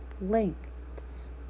Lengths